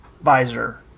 visor